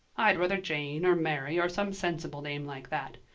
i'd ruther jane or mary or some sensible name like that.